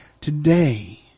today